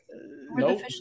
Nope